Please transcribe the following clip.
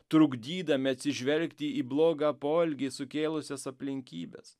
trukdydami atsižvelgti į blogą poelgį sukėlusias aplinkybes